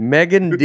Megan